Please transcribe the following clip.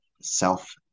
self